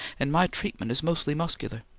and my treatment is mostly muscular.